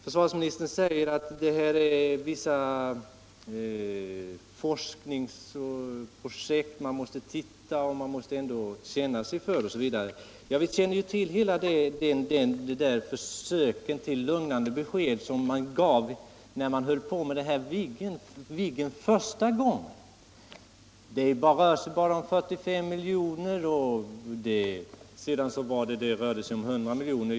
Försvarsministern säger att här finns vissa forskningsprojekt, att man måste titta efter, att man måste känna sig för osv. Vi känner ju till försöken att ge lugnande besked när man höll på med Viggen första gången. Det rör sig bara om 45 miljoner, sade man då, och sedan blev det 100 miljoner.